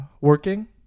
working